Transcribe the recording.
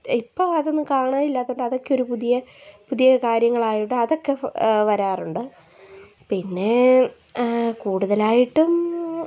ഇപ്പം അതൊന്നും കാണാനില്ലാത്തതു കൊണ്ട് അതൊക്കെ ഒരു പുതിയ പുതിയ കാര്യങ്ങളായിവിടെ അതൊക്കെ വരാറുണ്ട് പിന്നെ കൂടുതലായിട്ടും